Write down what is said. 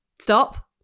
stop